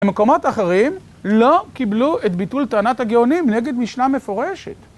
במקומות אחרים לא קיבלו את ביטול טענת הגאונים נגד משנה מפורשת.